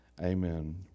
Amen